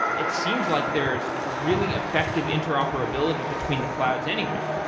it seems like there is really effective interoperability between the clouds anyway?